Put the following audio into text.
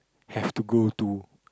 have to go to